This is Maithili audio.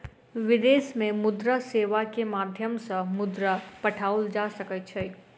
विदेश में मुद्रा सेवा के माध्यम सॅ मुद्रा पठाओल जा सकै छै